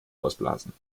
ausblasen